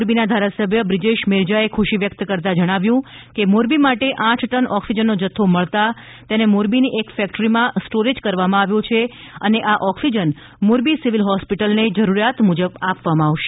મોરબીના ધારાસભ્ય બ્રિજેશ મેરજાએ ખુશી વ્યક્ત કરતાં કહ્યું હતું કે મોરબી માટે આઠ ટન ઓક્સિજનનો જથ્થો મળતા તેને મોરબીની એક ફેક્ટરીમાં સ્ટોરેજ કરવામાં આવ્યો છે અને આ ઓક્સિજન મોરબી સિવિલ હોસ્પિટલને જરૂરિયાત મુજબ આપવામાં આવશે